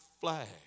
flag